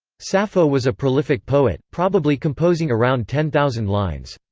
sappho was a prolific poet, probably composing around ten thousand lines.